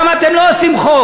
שם אתם לא עושים חוק,